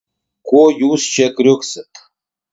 ko jūs čia kriuksit